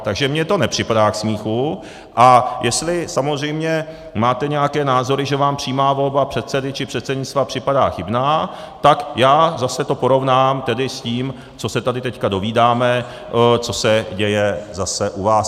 Takže mně to nepřipadá k smíchu, a jestli samozřejmě máte nějaké názory, že vám přímá volba předsedy či předsednictva připadá chybná, tak já to tedy zase porovnám s tím, co se tady teď dozvídáme, co se děje zase u vás.